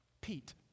Pete